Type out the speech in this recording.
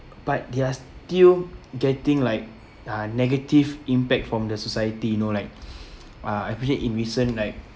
but they're still getting like uh negative impact from the society you know like uh especially in recent like